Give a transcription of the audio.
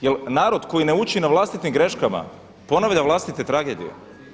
Jer narod koji ne uči na vlastitim greškama ponavlja vlastite tragedije.